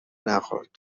نخورد